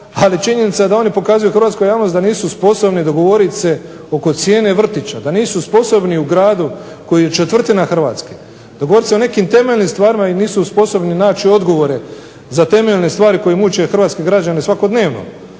ali činjenica je da oni pokazuju hrvatskoj javnosti da nisu sposobni dogovorit se oko cijene vrtića, da nisu sposobni u gradu koji je četvrtina Hrvatske dogovorit se o nekim temeljnim stvarima i nisu sposobni naći odgovore za temeljne stvari koje muče hrvatske građane svakodnevno,